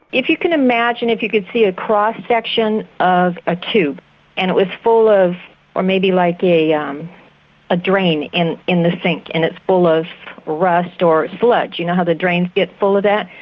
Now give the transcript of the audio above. if you can imagine if you could see a cross section of a cube and it was full of or maybe like a um a drain in in the sink and it's full of rust or sludge, you know how the drains get full of that,